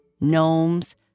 gnomes